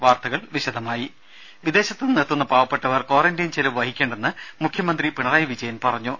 വാർത്തകൾ വിശദമായി വിദേശത്ത് നിന്നെത്തുന്ന പാവപ്പെട്ടവർ ക്വാറന്റൈൻ ചെലവ് വഹിക്കേണ്ടെന്ന് വിജയൻ മുഖ്യമന്ത്രി പിണറായി പറഞ്ഞു